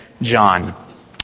John